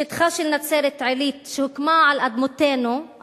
שטחה של נצרת-עילית שהוקמה על אדמותינו,